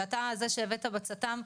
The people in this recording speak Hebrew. שאתה הבאת בצט"ם,